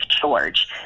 george